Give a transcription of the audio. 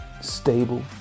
stable